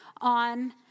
on